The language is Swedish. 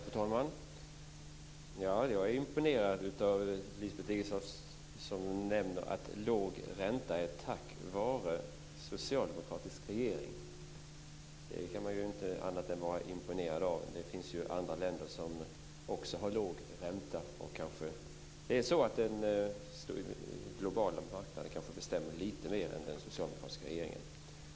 Fru talman! Jag är imponerad av Lisbeth Staaf Igelströms påstående att vi har låg ränta tack vare att vi har en socialdemokratisk regering. Man kan inte annat än vara imponerad av detta. Det finns ju andra länder som också har låg ränta. Den globala marknaden kanske bestämmer lite mer än den socialdemokratiska regeringen.